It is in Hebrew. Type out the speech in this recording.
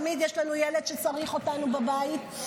תמיד יש לנו ילד שצריך אותנו בבית.